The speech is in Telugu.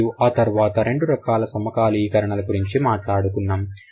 మరియు ఆ తరువాత రెండు రకాల సమకాలీకరణల గురించి మాట్లాడుకున్నాం